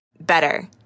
Better